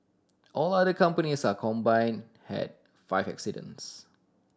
all other companies are combined had five accidents